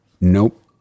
Nope